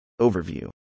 Overview